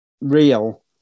real